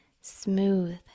smooth